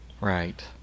Right